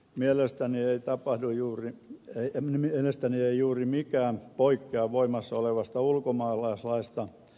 mielestäni ei tapahdu juuri heidän mielestään ei juuri mikään poikkea voimassa olevasta ulkomaalaislaista